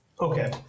Okay